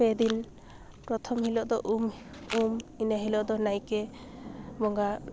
ᱯᱮᱫᱤᱱ ᱯᱨᱚᱛᱷᱚᱢ ᱦᱤᱞᱚᱜᱫᱚ ᱩᱢ ᱤᱱᱟᱹ ᱦᱤᱞᱚᱜᱫᱚ ᱱᱟᱭᱠᱮ ᱵᱚᱸᱜᱟ